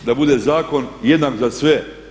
Da bude zakon jednak za sve.